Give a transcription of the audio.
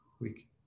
week